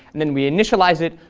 and then we initialize it,